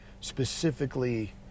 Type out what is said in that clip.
specifically